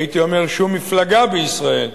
הייתי אומר שום מפלגה ציונית בישראל,